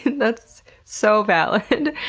that's so valid.